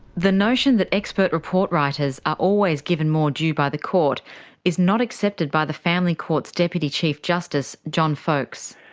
the notion that expert report writers are always given more due by the court is not accepted by the family court's deputy chief justice john faulks.